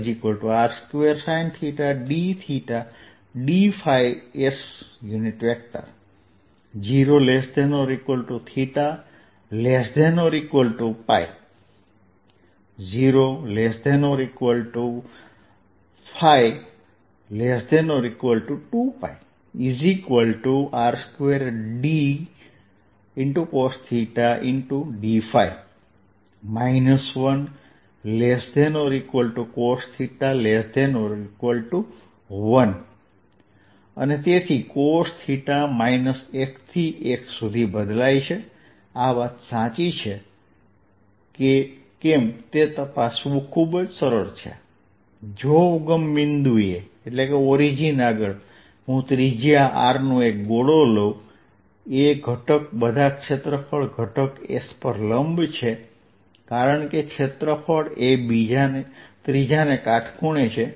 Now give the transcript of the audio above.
dsr2sinθdθdϕs 0≤θ≤π 0≤ϕ≤2π r2dcosθdϕ 1≤cosθ≤1 તેથી cosθ minus 1 થી 1 સુધી બદલાય છે આ વાત સાચી છે કે કેમ તે તપાસવું ખૂબ જ સરળ છે જો ઉગમ બિંદુએ હું ત્રિજ્યા Rનો ગોળા લઉં એક ઘટક બધા ક્ષેત્રફળ ઘટક S પર લંબ છે કારણ કે ક્ષેત્રફળ એ ત્રીજાને કાટખૂણે છે